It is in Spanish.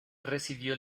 recibió